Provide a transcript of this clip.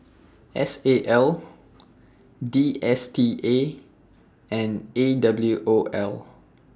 S A L D S T A and A W O L